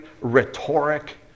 rhetoric